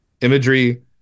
imagery